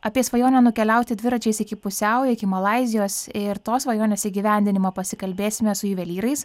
apie svajonę nukeliauti dviračiais iki pusiaujo iki malaizijos ir tos svajonės įgyvendinimo pasikalbėsime su juvelyrais